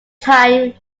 time